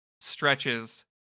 stretches